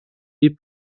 die